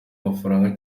amafaranga